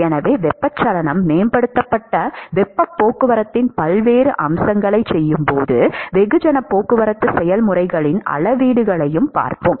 எனவே வெப்பச்சலனம் மேம்படுத்தப்பட்ட வெப்பப் போக்குவரத்தின் பல்வேறு அம்சங்களைச் செய்யும் போது வெகுஜனப் போக்குவரத்து செயல்முறைகளின் அளவீடுகளையும் பார்ப்போம்